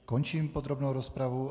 Končím podrobnou rozpravu.